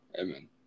Amen